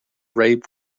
rape